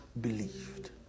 believed